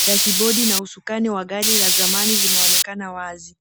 Dashibodi na usukani wa gari la zamani vinaonekana wazi.